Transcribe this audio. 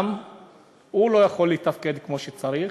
גם הוא לא יכול לתפקד כמו שצריך,